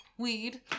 Weed